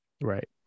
right